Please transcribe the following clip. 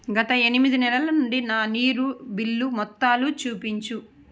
గత ఎనిమిది నెలల నుండి నా నీరు బిల్లు మొత్తాలు చూపించు